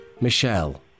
Michelle